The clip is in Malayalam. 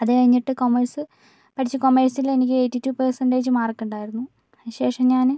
അത്കഴിഞ്ഞട്ട് കോമേഴ്സ് പഠിച്ചു കൊമേഴ്സില് എനിക്ക് എയ്റ്റിറ്റു പെർസെൻറ്റേജ് മാർക്കുണ്ടായിരുന്നു അതിന് ശേഷം ഞാന്